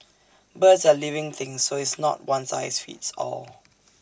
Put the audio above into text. birds are living things so it's not one size fits all